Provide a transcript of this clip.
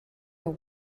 are